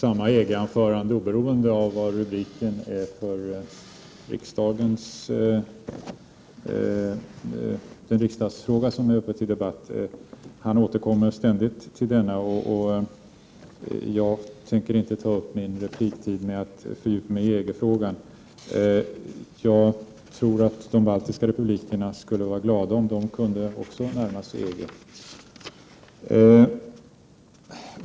Herr talman! Per Gahrton håller samma EG-anförande oavsett vilken riksdagsfråga som är uppe till debatt. Han återkommer ständigt till denna. Jag tänker inte ta upp min repliktid med att fördjupa mig i EG-frågan. Jag tror att de baltiska republikerna skulle vara glada om även de kunde närma sig EG.